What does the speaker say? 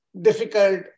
difficult